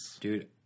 Dude